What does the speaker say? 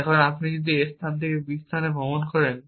এখন আপনি যদি a স্থান থেকে b স্থানে ভ্রমণ করেন